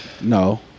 No